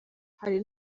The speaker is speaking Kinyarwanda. hari